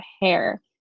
hair